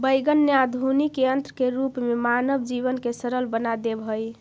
wagon ने आधुनिक यन्त्र के रूप में मानव जीवन के सरल बना देवऽ हई